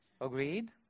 Agreed